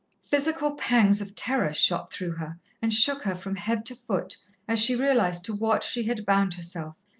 physical pangs of terror shot through her and shook her from head to foot as she realized to what she had bound herself,